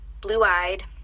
blue-eyed